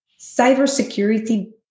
cybersecurity